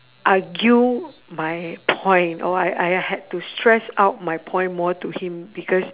argue my point or I I had to stress out my point more to him because